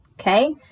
Okay